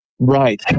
Right